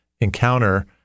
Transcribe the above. encounter